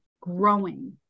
growing